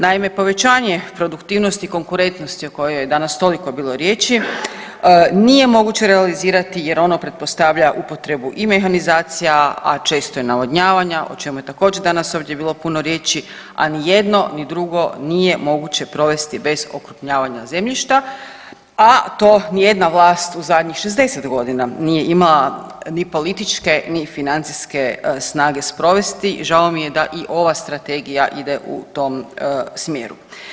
Naime, povećanje produktivnosti i konkurentnosti o kojoj je danas toliko bilo riječi nije moguće realizirati jer ono pretpostavlja upotrebu i mehanizacija, a često i navodnjavanja, o čemu je također danas ovdje bilo puno riječi, a ni jedno, ni drugo nije moguće provesti bez okrupnjavanja zemljišta, a to nijedna vlast u zadnjih 60.g. nije imala ni političke, ni financijske snage sprovesti, žao mi je da i ova strategija ide u tom smjeru.